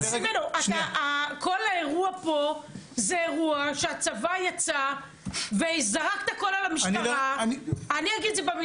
כל האירוע פה זה אירוע שהצבא יצא וזרק את הכול על המשטרה והלך.